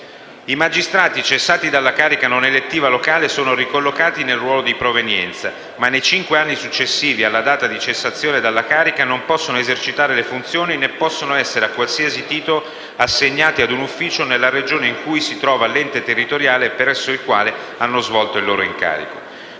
I magistrati cessati dalla carica non elettiva locale sono ricollocati nel ruolo di provenienza, ma nei cinque anni successivi alla data di cessazione della carica non possono esercitare le funzioni, né possono essere a qualsiasi titolo assegnati a un ufficio nella Regione in cui si trova l'ente territoriale presso il quale hanno svolto il loro incarico.